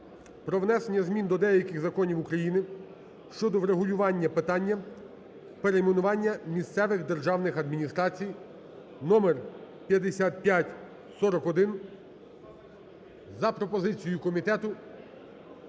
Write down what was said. про внесення змін до деяких законів України щодо врегулювання питання перейменування місцевих державних адміністрацій (номер 5541) за пропозицією комітету